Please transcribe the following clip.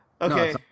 Okay